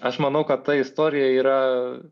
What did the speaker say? aš manau kad ta istorija yra